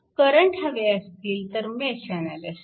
current हवे असतील तर मेश अनालिसिस